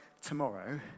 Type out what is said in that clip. tomorrow